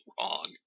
wrong